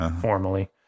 formally